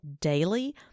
daily